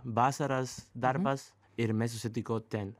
vasaras darbas ir mes susitiko ten